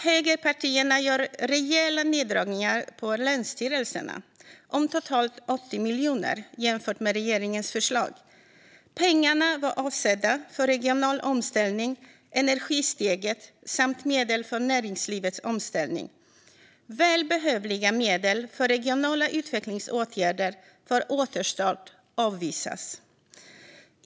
Högerpartierna gör rejäla neddragningar för länsstyrelserna - totalt 80 miljoner - jämfört med regeringens förslag. Pengarna var avsedda för regional omställning, Energisteget samt näringslivets omställning. Välbehövliga medel för regionala utvecklingsåtgärder för återstart avvisas.